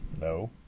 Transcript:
No